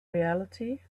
reality